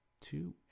two